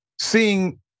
seeing